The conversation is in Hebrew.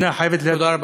תודה רבה.